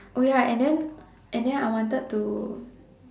ya and then and then I wanted to